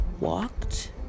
walked